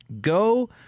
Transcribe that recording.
Go